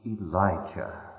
Elijah